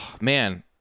Man